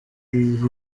niga